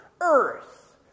earth